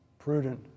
Prudent